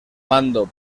mando